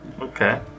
Okay